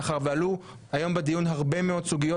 מאחר ועלו היום בדיון הרבה מאוד סוגיות